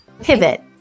Pivot